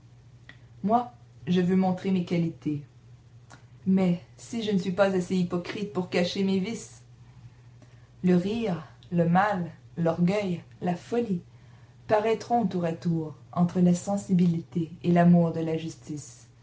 moi je veux montrer mes qualités mais je ne suis pas assez hypocrite pour cacher mes vices le rire le mal l'orgueil la folie paraîtront tour à tour entre la sensibilité et l'amour de la justice